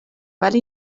ولی